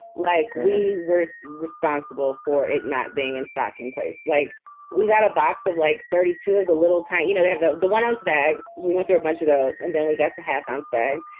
like we were so responsible for it not being in stock in place, like we got a box of like thirty to it, a little tight. you know, they have the the one ounce bags. we went through a bunch of those and then we got the half pounds bag.